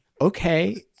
okay